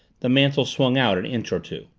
the mantel swung out an inch or two.